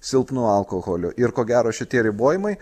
silpnu alkoholiu ir ko gero šitie ribojimai